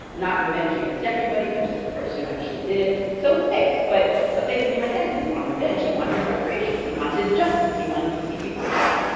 not revenge against everybody but just the person who actually did it, so it's mixed, but but my dad didn't want revenge, he wanted reparations, he wanted justice, he wanted to see people tried.